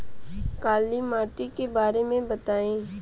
काला माटी के बारे में बताई?